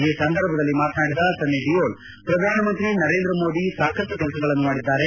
ಈ ಸಂದರ್ಭದಲ್ಲಿ ಮಾತನಾಡಿದ ಸನ್ನಿ ಡಿಯೋಲ್ ಶ್ರಧಾನಮಂತ್ರಿ ನರೇಂದ್ರ ಮೋದಿ ಸಾಕಷ್ಟು ಕೆಲಸಗಳನ್ನು ಮಾಡಿದ್ದಾರೆ